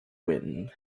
wind